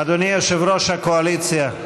אדוני יושב-ראש הקואליציה,